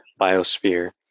biosphere